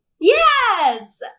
Yes